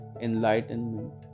enlightenment